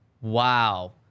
Wow